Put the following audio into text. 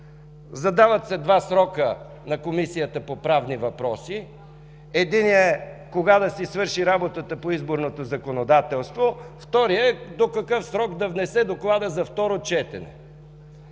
Задават се два срока на Комисията по правни въпроси. Единият е кога да си свърши работата по изборното законодателство, вторият – до какъв срок да внесе доклада за второ четене.